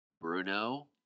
Bruno